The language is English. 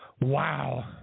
Wow